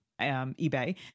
ebay